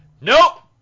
nope